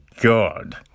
god